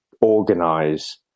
organize